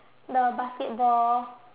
the basketball